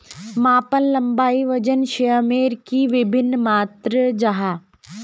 मापन लंबाई वजन सयमेर की वि भिन्न मात्र जाहा?